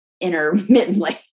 intermittently